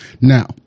Now